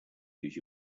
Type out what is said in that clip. use